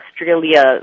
Australia